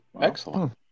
Excellent